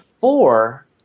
four